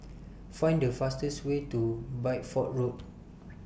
Find The fastest Way to Bideford Road